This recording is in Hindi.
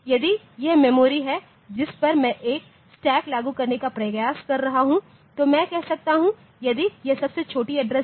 यदि यह मेमोरी है जिस पर मैं एक स्टैक लागू करने का प्रयास कर रहा हूं तो मैं कह सकता हूं यदि यह सबसे छोटी एड्रेस है